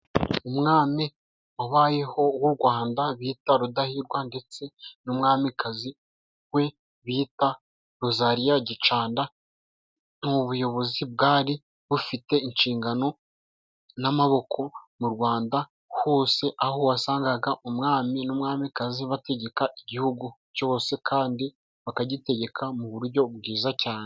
Umwami wabayeho w'u Rwanda bita Rudahigwa ndetse n'umwamikazi we bita Rosaliya Gicanda. Ni ubuyobozi bwari bufite inshingano n'amaboko mu Rwanda hose aho wasangaga umwami n'umwamikazi bategeka igihugu cyose kandi bakagitegeka mu buryo bwiza cyane.